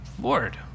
Lord